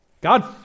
God